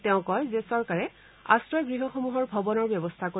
তেওঁ কয় যে চৰকাৰে আশ্ৰয় গৃহসমূহৰ ভৱনৰ ব্যৱস্থা কৰিব